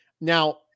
Now